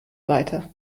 weiter